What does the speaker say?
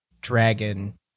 dragon